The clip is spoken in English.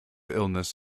illness